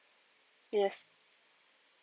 yes